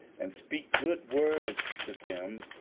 and speak good words to them,